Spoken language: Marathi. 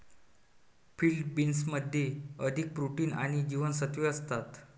फील्ड बीन्समध्ये अधिक प्रोटीन आणि जीवनसत्त्वे असतात